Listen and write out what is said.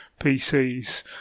PCs